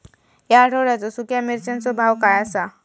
या आठवड्याचो सुख्या मिर्चीचो भाव काय आसा?